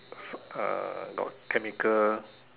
uh got chemical